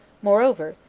moreover,